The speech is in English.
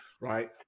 right